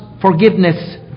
forgiveness